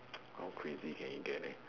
how crazy can it get leh